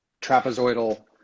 trapezoidal